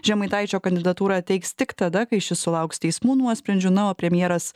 žemaitaičio kandidatūrą teiks tik tada kai šis sulauks teismų nuosprendžių na o premjeras